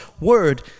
word